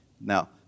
Now